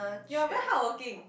you're very hardworking